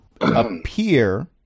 appear